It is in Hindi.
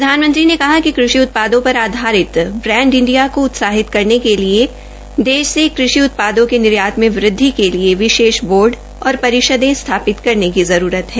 प्रधानमंत्री ने कहा कि कृषि उत्पादों पर आधारित ब्रैंड इंडिया को उत्साहित करने के लिए देश से कृषि उत्पादों के निर्यात में वृद्धि के लिए विशेष बोर्ड और परिषदें स्थापित करने की जरूरत है